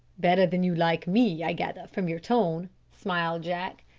better than you like me, i gather from your tone, smiled jack.